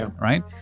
Right